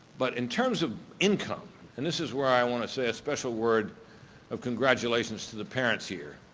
but in terms of income and this is where i want to say a special word of congratulations to the parents here.